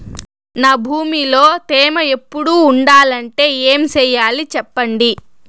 నా భూమిలో తేమ ఎప్పుడు ఉండాలంటే ఏమి సెయ్యాలి చెప్పండి?